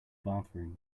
bathroom